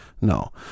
No